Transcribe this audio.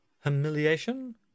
humiliation